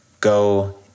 Go